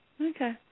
Okay